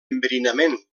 enverinament